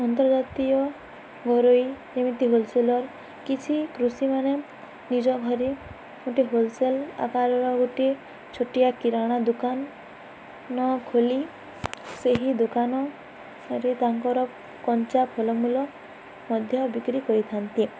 ଅନ୍ତର୍ଜାତୀୟ ଘରୋଇ ଯେମିତି ହୋଲସେଲର୍ କିଛି କୃଷିମାନେ ନିଜ ଘରେ ଗୋଟେ ହୋଲସେଲ୍ ଆକାରର ଗୋଟିଏ ଛୋଟିଆ କିରାଣା ଦୋକାନ ନ ଖୋଲି ସେହି ଦୋକାନରେ ତାଙ୍କର କଞ୍ଚା ଫଲମୂଲ ମଧ୍ୟ ବିକ୍ରି କରିଥାନ୍ତି